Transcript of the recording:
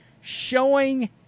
showing